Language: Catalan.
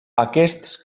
aquests